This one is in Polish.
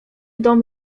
dom